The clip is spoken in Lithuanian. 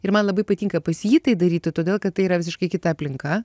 ir man labai patinka pas jį tai daryti todėl kad tai yra visiškai kita aplinka